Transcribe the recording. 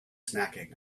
snacking